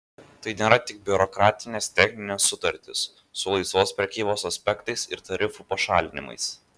tai nėra tik biurokratinės techninės sutartys su laisvos prekybos aspektais ir tarifų pašalinimais